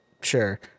sure